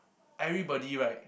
everybody right